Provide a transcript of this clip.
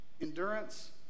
Endurance